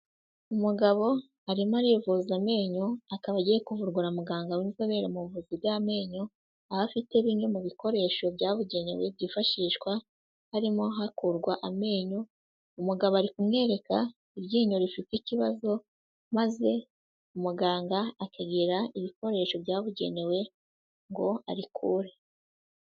Umugabo arimo arivuza amenyo, akaba agiye kuvurwa na muganga w'inzobere mu buvuzi bw'amenyo, aho afite bimwe mu bikoresho byabugenewe byifashishwa harimo hakurwa amenyo, umugabo ari kumwereka iryinyo rifite ikibazo, maze umuganga akagira ibikoresho byabugenewe ngo arikure.